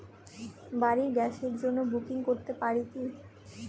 বাড়ির গ্যাসের জন্য বুকিং করতে পারি কি?